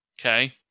Okay